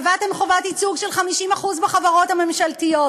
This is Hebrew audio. קבעתם חובת ייצוג של 50% בחברות הממשלתיות,